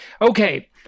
Okay